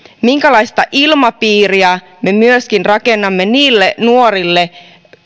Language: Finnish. minkälaista ilmapiiriä me myöskin rakennamme niille nuorille